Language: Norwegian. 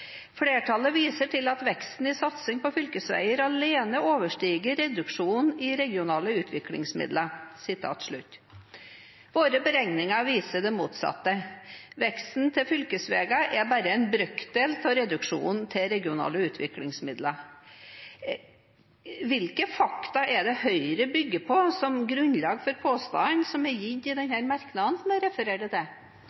medlemmer viser til at veksten i satsingen på fylkesveier alene overstiger reduksjonen i regionale utviklingsmidler.» Våre beregninger viser det motsatte. Veksten til fylkesveger er bare en brøkdel av reduksjonen til regionale utviklingsmidler. Hvilke fakta er det Høyre bygger på, som grunnlag for påstanden som er gitt i